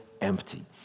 empty